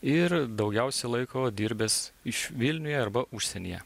ir daugiausiai laiko dirbęs iš vilniuje arba užsienyje